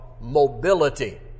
mobility